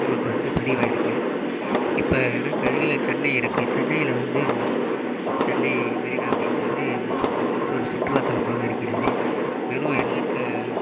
நமக்கு வந்து பதிவாகிருக்கு இப்போ எனக்கு அருகில் சென்னை இருக்கு சென்னையில் வந்து சென்னை மெரினா பீச் வந்து ஒரு சுற்றுலாத்தலமாக இருக்கிறது மேலும் எண்ணற்ற